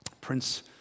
Prince